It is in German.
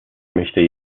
möchte